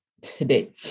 today